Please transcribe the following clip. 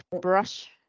brush